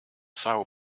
são